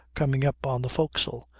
coming up on the forecastle,